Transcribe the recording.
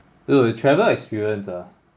oo a travel experience ah